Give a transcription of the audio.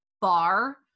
bar